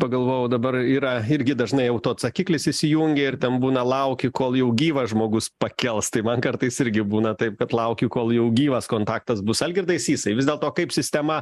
pagalvojau dabar yra irgi dažnai auto atsakiklis įsijungia ir ten būna lauki kol jau gyvas žmogus pakels tai man kartais irgi būna taip kad laukiu kol jau gyvas kontaktas bus algirdai sysai vis dėlto kaip sistema